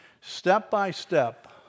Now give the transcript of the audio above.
step-by-step